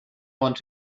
want